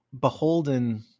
beholden